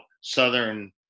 Southern